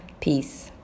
Peace